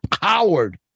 Howard